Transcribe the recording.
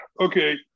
Okay